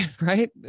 right